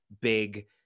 big